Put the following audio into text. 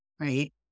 right